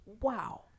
wow